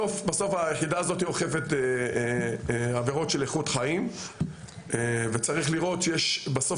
בסוף היחידה הזאת אוכפת עבירות של איכות חיים וצריך לראות שבסוף